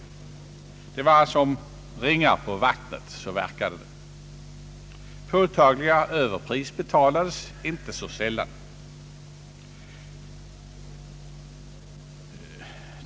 Det hela verkade alltså som ringar på vattnet. Påtagliga överpriser betalades inte sällan.